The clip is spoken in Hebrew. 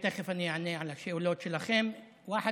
תכף אני אענה על השאלות שלכם אחת-אחת.